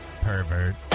Pervert